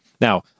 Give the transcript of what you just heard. now